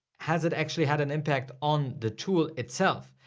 has it actually had an impact on the tool itself?